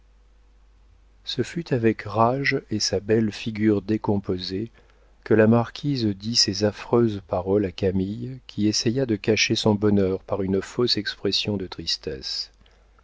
ce fut avec rage et sa belle figure décomposée que la marquise dit ces affreuses paroles à camille qui essaya de cacher son bonheur par une fausse expression de tristesse